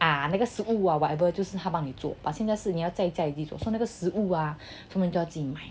ah 那个食物 or whatever 就是他帮你做 but 现在是你要在家里做那个食物啊你就要自己买